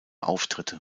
auftritte